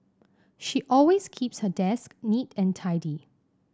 she always keeps her desk neat and tidy